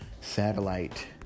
satellite